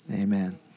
amen